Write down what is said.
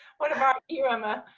what about you emma?